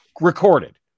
Recorded